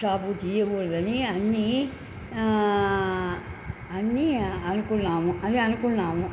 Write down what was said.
shop చేయకూడదని అన్నీ అన్నీ అనుకున్నాము అని అనుకున్నాము